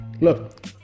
Look